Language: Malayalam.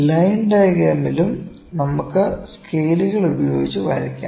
ലൈൻ ഡയഗ്രാമിലും നമുക്ക് സ്കെയിലുകൾ ഉപയോഗിച്ച് വരയ്ക്കാം